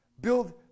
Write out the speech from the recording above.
Build